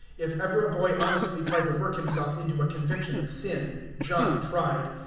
if ever a boy honestly tried to work himself into a conviction of sin, john tried.